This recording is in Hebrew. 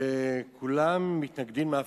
וכולם מתנגדים להפרטה.